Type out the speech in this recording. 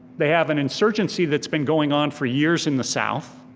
they have an insurgency that's been going on for years in the south.